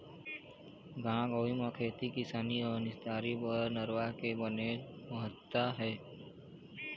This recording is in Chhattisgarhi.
गाँव गंवई म खेती किसानी अउ निस्तारी बर नरूवा के बनेच महत्ता हे